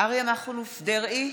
אריה מכלוף דרעי,